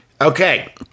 Okay